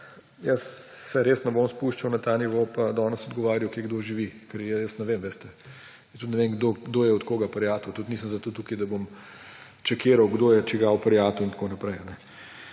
jaz se res ne bom spuščal na ta nivo pa danes odgovarjal, kje kdo živi. Ker jaz ne vem, veste, tudi ne vem, kdo je od koga prijatelj. Tudi nisem zato tukaj, da bom čekiral, kdo je čigav prijatelj in tako naprej.